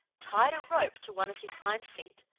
tied a rope to one of his hind feet,